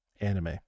anime